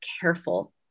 careful